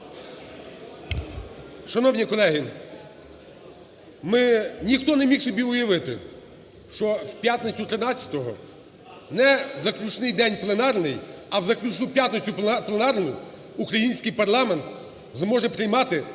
Шановні колеги, ми… ніхто не міг собі уявити, що в п'ятницю 13-го, не в заключний день пленарний, а в заключну п'ятницю пленарну український парламент зможе приймати